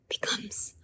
becomes